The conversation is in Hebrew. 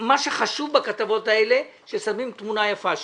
מה שחשוב בכתבות האלה ששמים תמונה יפה שלי.